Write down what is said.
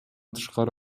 тышкары